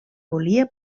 volia